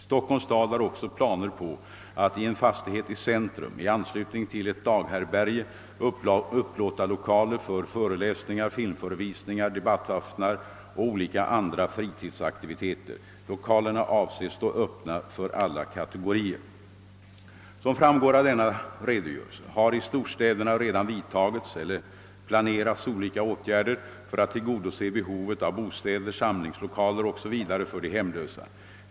Stockholms stad har också planer på att i en fastighet i centrum, i anslutning till ett daghärbärge, upplåta lokaler för föreläsningar, filmförevisningar, debattaftnar och olika andra fritidsaktiviteter. Lokalerna avses stå öppna för alla kategorier. Som framgår av denna redogörelse har i storstäderna redan vidtagits eller planerats olika åtgärder för att tillgodose behovet av bostäder, samlingslokaler 0. s. v. för de hemlösa.